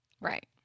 Right